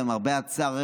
למרבה הצער,